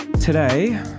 Today